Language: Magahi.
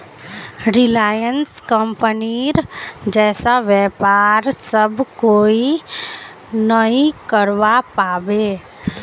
रिलायंस कंपनीर जैसा व्यापार सब कोई नइ करवा पाबे